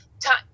time